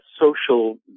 social